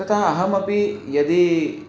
तथा अहमपि यदि